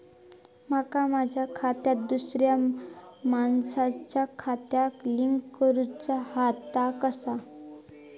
माका माझा खाता दुसऱ्या मानसाच्या खात्याक लिंक करूचा हा ता कसा?